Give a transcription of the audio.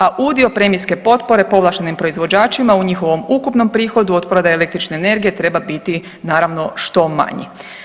A udio premijske potpore po ovlaštenim proizvođačima u njihovom ukupnom prihodu od prve električne energije treba biti naravno što manji.